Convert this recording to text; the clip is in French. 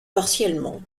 partiellement